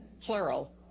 plural